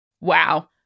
wow